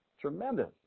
Tremendous